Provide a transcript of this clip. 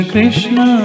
Krishna